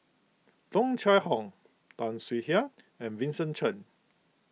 Tung Chye Hong Tan Swie Hian and Vincent Cheng